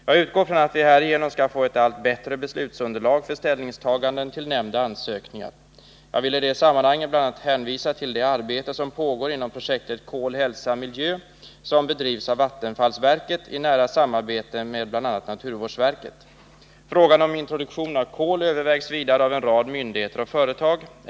Jag utgår från att vi härigenom skall få ett allt bättre beslutsunderlag för ställningstaganden till nämnda ansökningar. Jag vill i det sammanhanget bl.a. hänvisa till det arbete som pågår inom projektet Kol Hälsa Miljö som bedrivs av vattenfallsverket i nära samarbete med bl.a. naturvårdsverket. Frågan om introduktion av kol övervägs vidare av en rad myndigheter och företag.